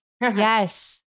Yes